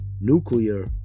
nuclear